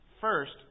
First